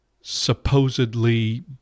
supposedly